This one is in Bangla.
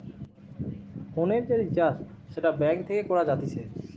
ফোনের যে রিচার্জ সেটা ব্যাঙ্ক থেকে করা যাতিছে